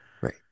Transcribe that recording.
Right